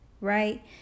right